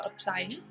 applying